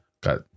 got